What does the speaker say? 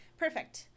Perfect